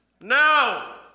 No